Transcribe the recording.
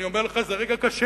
אני אומר לך, זה רגע קשה.